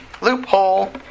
Loophole